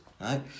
right